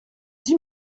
dix